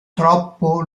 troppo